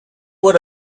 would